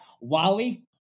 Wally